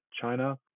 China